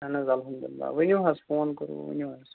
اَہَن حظ اَلحَمدُاللہ ؤنِو حظ فون کوٚروٕ ؤنِو حظ